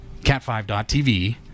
cat5.tv